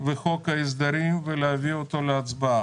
וחוק ההסדרים ולהביא אותו להצבעה.